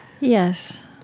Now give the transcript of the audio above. yes